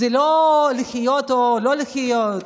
זה לא לחיות או לא לחיות.